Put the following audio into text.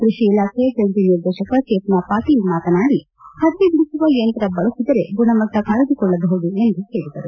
ಕೃಷಿ ಇಲಾಖೆಯ ಜಂಟಿ ನಿರ್ದೇಶಕ ಚೇತನಾ ಪಾಟೀಲ್ ಮಾತನಾದಿ ಹತ್ತಿ ಬಿದಿಸುವ ಯಂತ್ರ ಬಳಸಿದರೆ ಗುಣಮಟ್ಟ ಕಾಯ್ದಕೊಳ್ಳಬಹುದು ಎಂದು ಹೇಳಿದರು